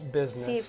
business